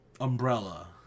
umbrella